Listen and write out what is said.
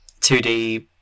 2D